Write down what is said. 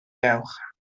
dewch